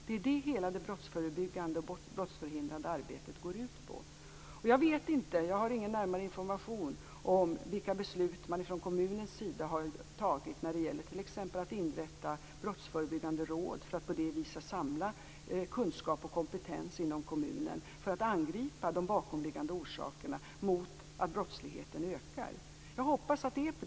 Det är det hela det brottsförebyggande och brottsförhindrande arbetet går ut på. Jag har ingen närmare information om vilka beslut kommunen har fattat om att t.ex. inrätta brottsförebyggande råd för att på så sätt samla kunskap och kompetens inom kommunen för att angripa de bakomliggande orsakerna. Jag hoppas att det är så.